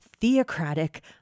theocratic